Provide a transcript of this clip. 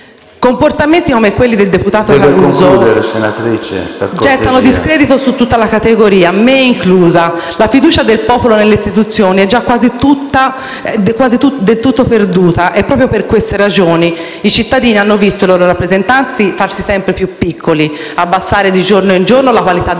Comportamenti come quelli del deputato Caruso gettano discredito su tutta la categoria, me inclusa. La fiducia nel popolo nelle istituzioni è già quasi del tutto perduta e proprio per queste ragioni i cittadini hanno visto i loro rappresentanti farsi sempre più piccoli, abbassare giorno per giorno la qualità del